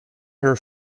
her